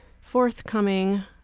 forthcoming